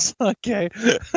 Okay